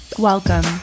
Welcome